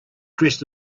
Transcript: dressed